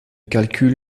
calcul